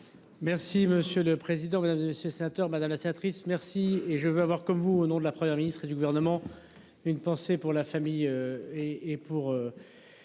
Merci monsieur le président, Mesdames, ce sénateur madame la sénatrice, merci et je veux avoir comme vous au nom de la Première ministre et du gouvernement. Une pensée pour la famille. Et et pour.